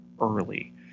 early